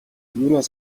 юунаас